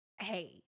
Hey